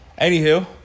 Anywho